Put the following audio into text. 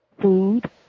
food